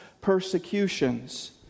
persecutions